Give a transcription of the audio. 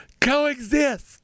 coexist